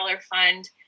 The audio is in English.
fund